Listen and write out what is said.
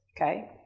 okay